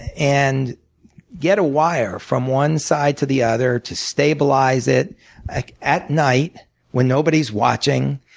and get a wire from one side to the other, to stabilize it at night when nobody's watching.